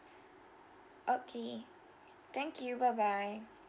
okay thank you bye bye